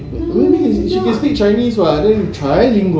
she can speak chinese [what] then trilingual